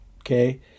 okay